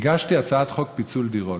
הגשתי הצעת חוק לפיצול דירות.